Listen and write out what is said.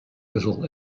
little